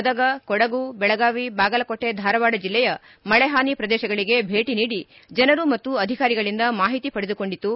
ಗದಗ ಕೊಡಗು ಬೆಳಗಾವಿ ಬಾಗಲಕೋಟೆ ಧಾರವಾಡ ಜಿಲ್ಲೆಯ ಮಳೆ ಹಾನಿ ಪ್ರದೇಶಗಳಿಗೆ ಭೇಟಿ ನೀಡಿ ಜನರು ಮತ್ತು ಅಧಿಕಾರಿಗಳಿಂದ ಮಾಹಿತಿ ಪಡೆದುಕೊಂಡಿತು